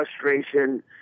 frustration